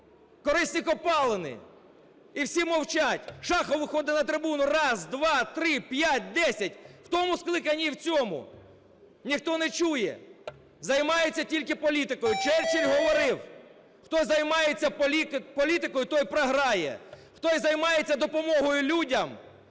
корисні копалини. І всі мовчать. Шахов виходить на трибуну раз, два, три, п'ять, десять в тому скликанні і в цьому – ніхто не чує, займаються тільки політикою. Черчилль говорив: "Хто займається політикою – той програє. Хто займається допомогою людям